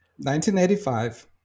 1985